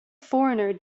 foreigner